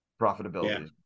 profitability